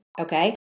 okay